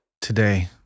today